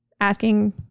asking